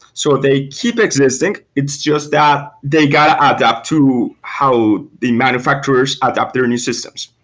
so they keep existing, it's just that they got to adapt to how the manufacturers adapt their new systems.